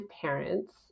parents